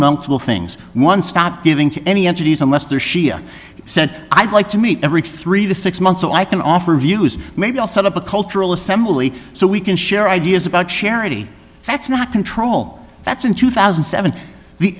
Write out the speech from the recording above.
multiple things one stop giving to any entities unless there shia said i'd like to meet every three to six months so i can offer views maybe i'll set up a cultural assembly so we can share ideas about charity that's not control that's in two thousand and seven the